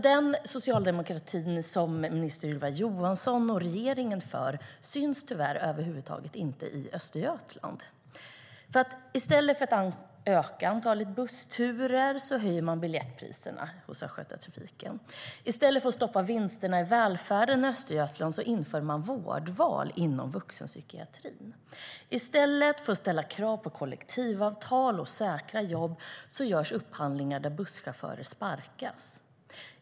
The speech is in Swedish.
Den socialdemokrati som minister Ylva Johansson och regeringen för syns tyvärr över huvud taget inte i Östergötland. I stället för att öka antalet bussturer höjer man biljettpriserna hos Östgötatrafiken. I stället för att stoppa vinsterna i välfärden i Östergötland inför man vårdval inom vuxenpsykiatrin. I stället för att ställa krav på kollektivavtal och säkra jobb görs upphandlingar där busschaufförer sparkas.